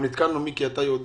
מיקי, אתה היית